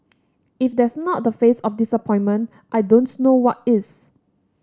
if that's not the face of disappointment I don't know what is